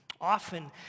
often